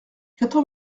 quatre